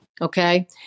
okay